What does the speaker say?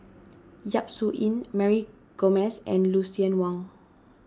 Yap Su Yin Mary Gomes and Lucien Wang